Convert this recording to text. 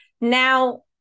Now